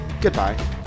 Goodbye